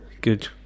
Good